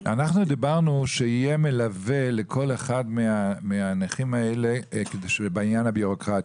אנחנו דיברנו על כך שיהיה מלווה לכל אחד מהנכים האלה בעניין הבירוקרטי.